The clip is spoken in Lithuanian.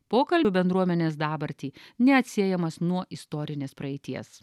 pokalb bendruomenės dabartį neatsiejamas nuo istorinės praeities